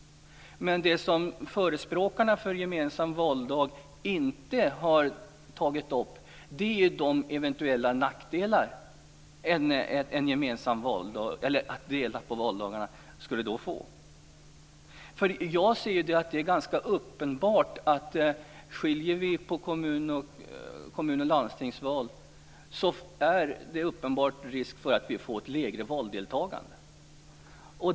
Men det som förespråkarna för skilda valdagar inte har tagit upp är de eventuella nackdelar det skulle få. Det är ganska uppenbart att om vi skiljer på kommunal och landstingsval finns det risk för ett lägre valdeltagande.